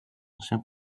ancien